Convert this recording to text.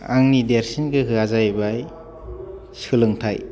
आंनि देरसिन लोगोआ जाहैबाय सोलोंथाय